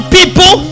people